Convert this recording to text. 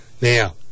Now